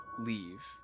leave